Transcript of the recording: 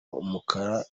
umukara